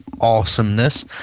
awesomeness